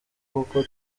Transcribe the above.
kuko